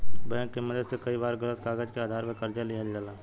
bank के मदद से कई बार गलत कागज के आधार पर कर्जा लिहल जाला